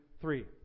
three